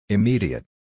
Immediate